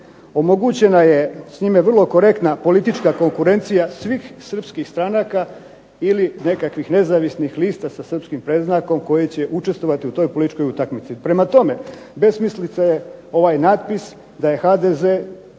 Omogućena je s njime vrlo korektna politička konkurencija svih srpskih stranaka ili nekakvih nezavisnih lista sa srpskim predznakom koji će učestvovati u toj političkoj utakmici. Prema tome, besmislica je ovaj natpis da je HDZ